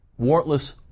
warrantless